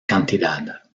cantidad